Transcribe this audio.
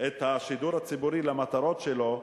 את השידור הציבורי למטרות שלו,